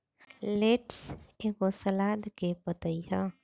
lettuce एगो सलाद के पतइ ह